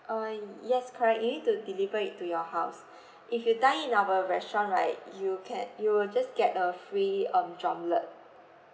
uh yes correct you need to deliver it to your house if you dine in our restaurant right you can you will just get a free um drumlet